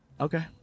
Okay